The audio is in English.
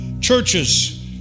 churches